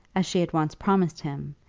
as she had once promised him,